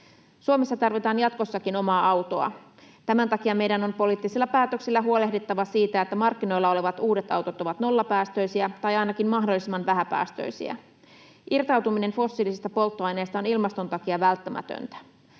Suomessa tarvitaan jatkossakin omaa autoa. Tämän takia meidän on poliittisilla päätöksillä huolehdittava siitä, että markkinoilla olevat uudet autot ovat nollapäästöisiä tai ainakin mahdollisimman vähäpäästöisiä. Irtautuminen fossiilisista polttoaineista on ilmaston takia välttämätöntä.